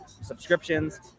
subscriptions